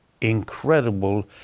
incredible